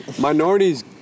minorities